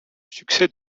succès